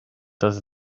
does